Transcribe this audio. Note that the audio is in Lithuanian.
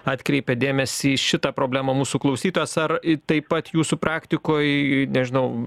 atkreipė dėmesį į šitą problemą mūsų klausytojas ar taip pat jūsų praktikoj nežinau